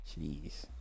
Jeez